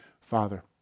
father